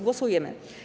Głosujemy.